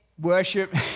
worship